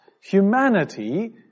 humanity